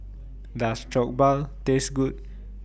Does Jokbal Taste Good